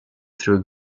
through